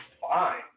fine